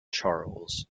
charles